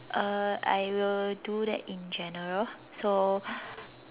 uh I will do that in general so